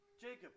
Jacob